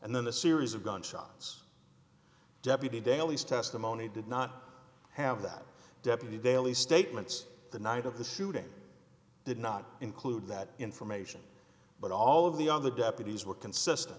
and then a series of gunshots deputy daley's testimony did not have that deputy daily statements the night of the shooting did not include that information but all of the other deputies were consistent